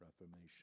reformation